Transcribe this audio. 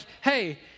hey